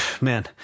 man